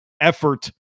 effort